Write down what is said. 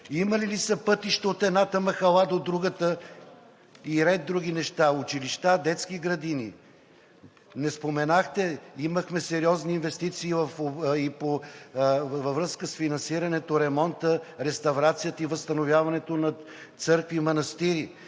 имали ли са пътища от едната махала до другата; и ред други неща – училища, детски градини? Не споменахте – имахме сериозни инвестиции във връзка с финансирането, ремонта, реставрацията и възстановяването на църкви и манастири.